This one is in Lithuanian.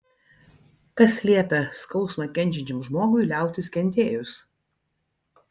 kas liepia skausmą kenčiančiam žmogui liautis kentėjus